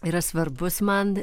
yra svarbus man